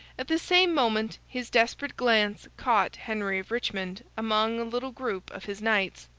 at the same moment, his desperate glance caught henry of richmond among a little group of his knights.